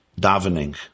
davening